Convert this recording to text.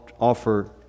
offer